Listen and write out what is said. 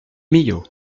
millau